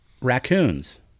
Raccoons